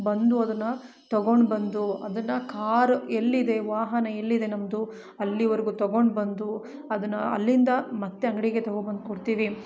ಬಂದು ಅದನ್ನು ತಗೊಂಡು ಬಂದು ಅದನ್ನು ಕಾರ್ ಎಲ್ಲಿದೆ ವಾಹನ ಎಲ್ಲಿದೆ ನಮ್ಮದು ಅಲ್ಲಿ ವರೆಗು ತಗೊಂಡು ಬಂದು ಅದನ್ನು ಅಲ್ಲಿಂದ ಮತ್ತು ಅಂಗಡಿಗೆ ತಗೊಬಂದು ಕೊಡ್ತೀವಿ